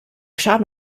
schaden